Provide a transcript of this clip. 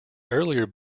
earlier